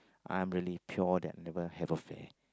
I'm really pure that never have affair